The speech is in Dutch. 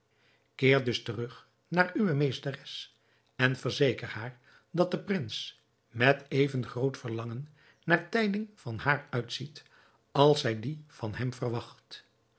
keer dus terug naar uwe meesteres en verzeker haar dat de prins met even groot verlangen naar tijding van haar uitziet als zij die van hem verwacht